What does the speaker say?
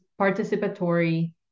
participatory